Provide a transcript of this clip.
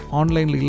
online